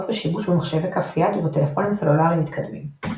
בשימוש במחשבי כף יד ובטלפונים סלולריים מתקדמים.